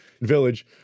village